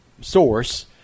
source